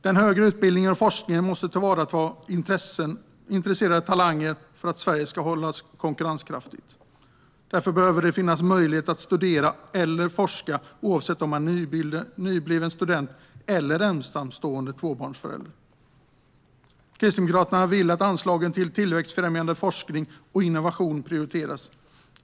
Den högre utbildningen och forskningen måste tillvarata intresserade talanger för att Sverige ska hållas konkurrenskraftigt. Därför behöver det finnas möjligheter att studera eller forska oavsett om man är nybliven student eller ensamstående tvåbarnsförälder. Kristdemokraterna vill att anslagen till tillväxtfrämjande forskning och innovation prioriteras.